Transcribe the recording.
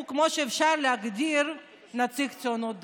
הוא כמו שאפשר להגדיר נציג הציונות הדתית.